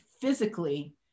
physically